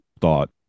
thought